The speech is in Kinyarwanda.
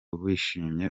wishimiye